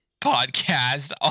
podcast